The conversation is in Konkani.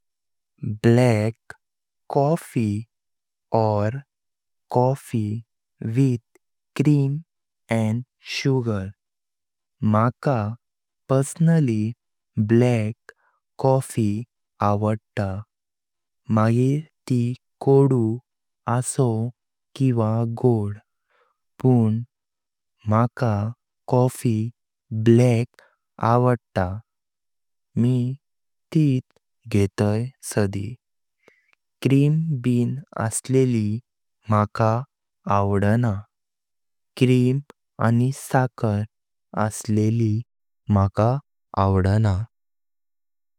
ब्लैक कॉफी वा कॉफी विथ क्रीम अणि सुगर। माका पर्सनली ब्लैक कॉफी आवडता मग़ेर ती। कोडु आसा वा गोड पण माका कॉफी ब्लैक आवडता मी तीत घेताय़ साडी। क्रीम बिन असलिली माका आवडना। क्रीम आनि साखर असलिली माका आवडना।